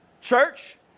Church